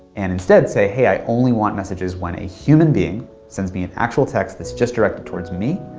and instead say, hey, i only want messages when a human being sends me an actual text that's just directed towards me.